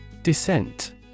Descent